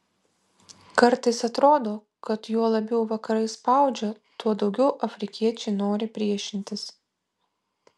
kartais atrodo kad juo labiau vakarai spaudžia tuo daugiau afrikiečiai nori priešintis